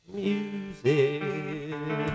music